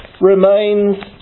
remains